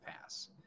Pass